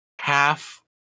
half